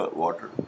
water